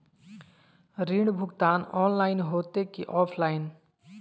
ऋण भुगतान ऑनलाइन होते की ऑफलाइन?